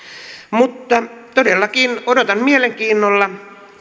mutta todellakin odotan mielenkiinnolla